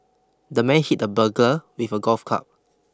the man hit the burglar with a golf club